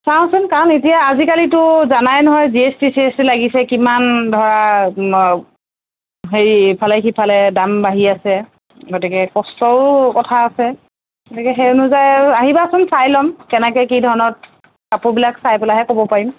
চাওচোন কাম এতিয়া আজিকালিতো জানাই নহয় G S T C S T লাগিছে কিমান ধৰা হেৰি ইফালে সিফালে দাম বাঢ়ি আছে গতিকে কষ্টৰো কথা আছে গতিকে সেই অনুযায়ী আহিবাচোন চাই ল'ম কেনেকৈ কি ধৰণত কাপোৰবিলাক চাই পেলাইহে ক'ব পাৰিম